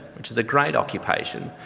which is a great occupation.